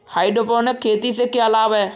Hydroponic खेती से क्या लाभ हैं?